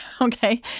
Okay